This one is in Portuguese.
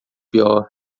pior